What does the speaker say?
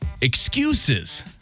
excuses